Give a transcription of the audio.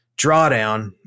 drawdown